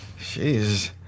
Jeez